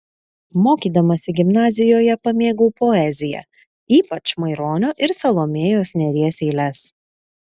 mokydamasi gimnazijoje pamėgau poeziją ypač maironio ir salomėjos nėries eiles